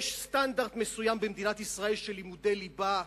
יש סטנדרט מסוים במדינת ישראל של לימודי ליבה,